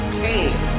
pain